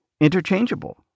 interchangeable